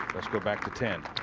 let's go back to ten.